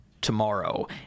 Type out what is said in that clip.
tomorrow